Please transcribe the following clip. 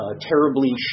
terribly